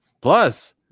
Plus